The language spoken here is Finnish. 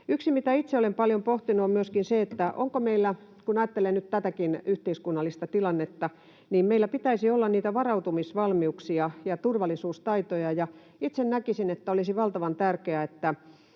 Yksi, mitä itse olen paljon pohtinut, on myöskin se, onko meillä, kun ajattelee nyt tätäkin yhteiskunnallista tilannetta, niitä varautumisvalmiuksia ja turvallisuustaitoja, joita meillä pitäisi olla. Itse näkisin, että olisi valtavan tärkeää, että